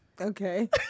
Okay